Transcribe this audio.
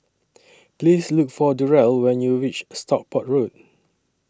Please Look For Durell when YOU REACH Stockport Road